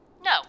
No